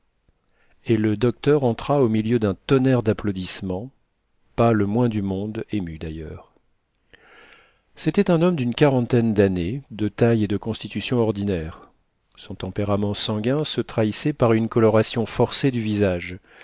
et le docteur entra au milieu d'un tonnerre d'applaudissements pas le moins du monde ému d'ailleurs c'était un homme d'une quarantaine d'années de taille et de constitution ordinaires son tempérament sanguin se trahissait par une coloration forcée du visage